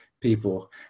people